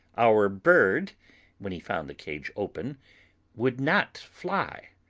our bird when he found the cage open would not fly,